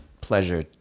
pleasure